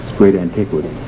great antiquity.